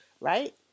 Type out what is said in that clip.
right